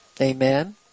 Amen